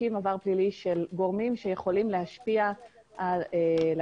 בודקים עבר פלילי של גורמים שיכולים להשפיע לרעה